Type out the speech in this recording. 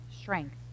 strength